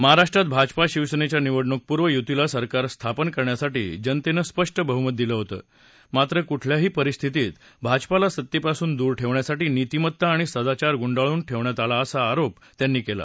महाराष्ट्रात भाजपा शिवसेनेच्या निवडणूकपूर्व युतीला सरकार स्थापन करण्यासाठी जनतेनं स्पष्ट बहुमत दिलं होतं मात्र कुठल्याही परिस्थितीत भाजपाला सत्तेपासून दूर ठेवण्यासाठी नीतिमत्ता आणि सदाचार गुंडाळून ठेवण्यात आला असा आरोप त्यांनी केला